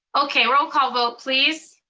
okay, roll call vote, please.